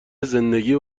زندگی